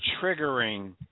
triggering